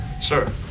Sir